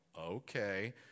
okay